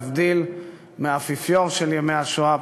להבדיל מהאפיפיור של ימי השואה,